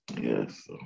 yes